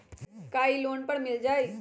का इ लोन पर मिल जाइ?